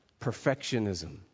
perfectionism